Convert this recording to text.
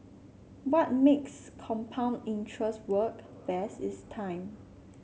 what makes compound interest work best is time